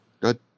good